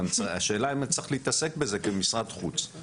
אבל השאלה אם הוא צריך להתעסק בזה כמשרד החוץ.